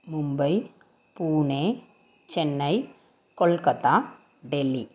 Mumbai Pune Chennai Kolkata Delhi